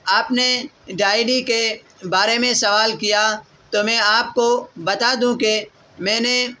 آپ نے ڈائڈی کے بارے میں سوال کیا تو میں آپ کو بتا دوں کہ میں نے